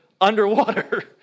underwater